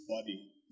body